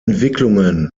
entwicklungen